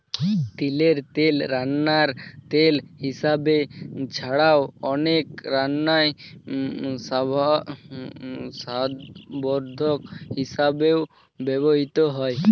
তিলের তেল রান্নার তেল হিসাবে ছাড়াও, অনেক রান্নায় স্বাদবর্ধক হিসাবেও ব্যবহৃত হয়